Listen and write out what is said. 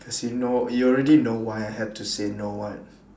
because you know you already know why I have to say no what